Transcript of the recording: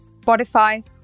Spotify